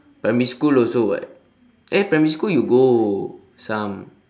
primary school also [what] eh primary school you go some